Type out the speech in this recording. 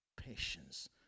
patience